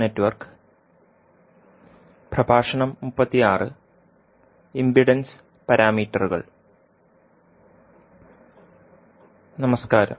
നമസ്കാരം